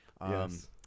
Yes